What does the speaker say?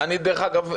דרך אגב,